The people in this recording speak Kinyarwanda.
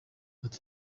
ati